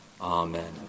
Amen